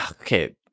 Okay